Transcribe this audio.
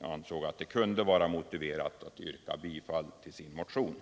som pågår kunde vara motiverat att yrka bifall till motionen.